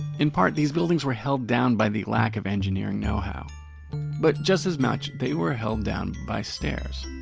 in part, these buildings were held down by the lack of engineering know how but just as much, they were held down by stairs.